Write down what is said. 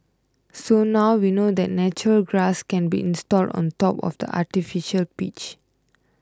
so now we know that natural grass can be installed on top of the artificial pitch